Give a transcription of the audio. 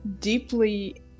deeply